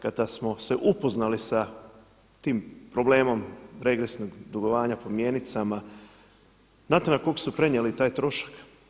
Kada smo se upoznali sa tim problemom regresnog dugovanja po mjenicama, znate na koga su prenijeli taj trošak?